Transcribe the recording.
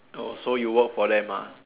oh so you work for them ah